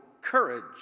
courage